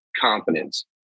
confidence